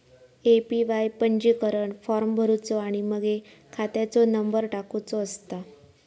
APY पंजीकरण form भरुचो आणि मगे खात्याचो नंबर टाकुचो असता